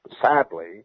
Sadly